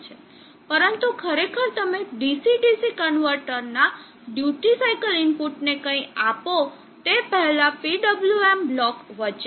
પરંતુ ખરેખર તમે DC DC કન્વર્ટરના ડ્યુટી સાઇકલ ઈનપુટ ને કઈ આપો તે પહેલાં PWM બ્લોક વચ્ચે હશે